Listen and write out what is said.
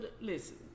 listen